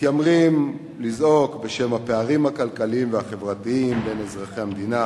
מתיימרים לזעוק בשם הפערים הכלכליים והחברתיים בין אזרחי המדינה,